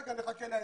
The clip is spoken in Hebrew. רגע, נחכה להסכם.